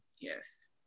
Yes